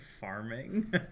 farming